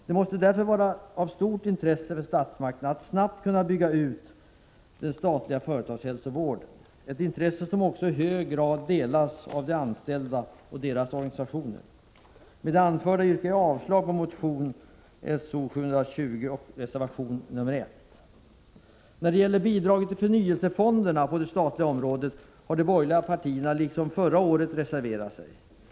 Det måste därför vara av stort intresse för statsmakterna att snabbt kunna bygga ut den statliga företagshälsovården, något som också de anställda och deras organisationer i hög grad är intresserade av. Med det anförda yrkar jag avslag på motion §0720 och reservation 1. När det gäller bidrag till förnyelsefonderna på det statliga området har de borgerliga partierna nu, liksom förra året, reserverat sig.